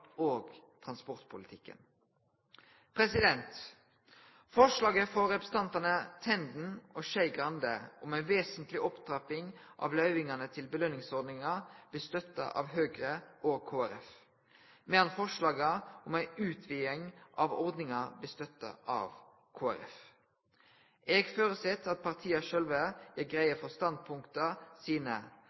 og transportpolitikken. Forslaget frå representantane Tenden og Skei Grande om ei vesentleg opptrapping av løyvingane til belønningsordninga blir støtta av Høgre og Kristeleg Folkeparti, medan forslaga om ei utviding av ordninga blir støtta av Kristeleg Folkeparti. Eg føreset at partia sjølve gjer greie for standpunkta sine,